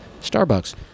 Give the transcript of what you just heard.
Starbucks